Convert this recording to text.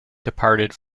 departed